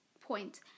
point